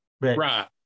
Right